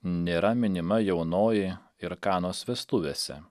nėra minima jaunoji ir kanos vestuvėse